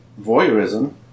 voyeurism